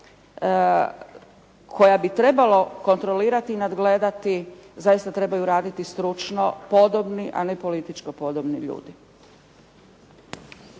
koja bi trebalo kontrolirati i nadgledati zaista trebaju raditi stručno podobni a ne političko podobni ljudi.